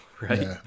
right